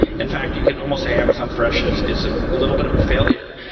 in fact, you could almost say amazon fresh is is a little bit of a failure.